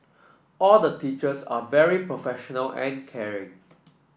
all the teachers are very professional and caring